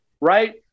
right